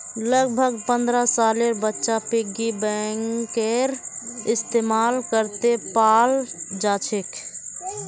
लगभग पन्द्रह सालेर बच्चा पिग्गी बैंकेर इस्तेमाल करते पाल जाछेक